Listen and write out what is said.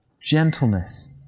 gentleness